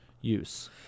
use